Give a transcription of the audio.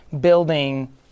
building